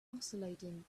oscillating